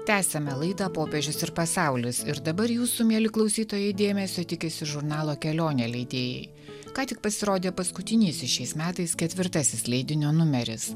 tęsiame laidą popiežius ir pasaulis ir dabar jūsų mieli klausytojai dėmesio tikisi žurnalo kelionė leidėjai ką tik pasirodė paskutinysis šiais metais ketvirtasis leidinio numeris